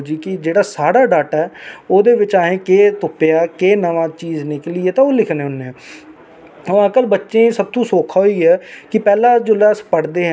लोगे गी मतलब जनानियें गी हमेशा पिच्छे रक्खेआ जंदा हा अग्गै नेईं हे जान दिंदे अग्गै केह् जाना साढ़ी जनानियां बाहर गै नेईं ही निकलन दिंदे ऐ हे अज्ज ऐ कि थोह्ड़ा अस लोक बाहर आए हा जां साढ़ियां पिच्छे जेहकी मतलब कि कोई